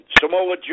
Samoa